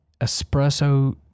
espresso